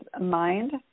mind